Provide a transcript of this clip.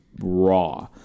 raw